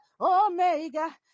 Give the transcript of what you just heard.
omega